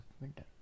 Winter